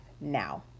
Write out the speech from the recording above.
now